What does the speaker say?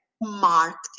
marketing